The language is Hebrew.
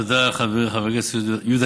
תודה רבה, חבר הכנסת גליק.